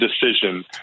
decision